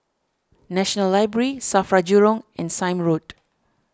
National Library Safra Jurong and Sime Road